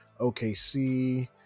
OKC